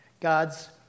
God's